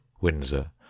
windsor